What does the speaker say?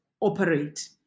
operate